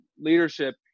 leadership